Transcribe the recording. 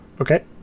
Okay